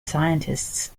scientists